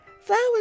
Flowers